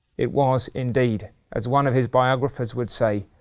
it was indeed. as one of his biographers would say,